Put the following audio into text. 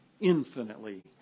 infinitely